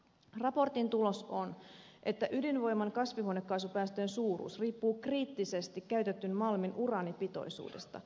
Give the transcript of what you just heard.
raportin tulos on että ydinvoiman kasvihuonekaasupäästöjen suuruus riippuu kriittisesti käytetyn malmin uraanipitoisuudesta